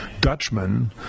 Dutchman